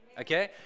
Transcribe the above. okay